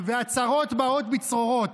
והצרות באות בצרורות.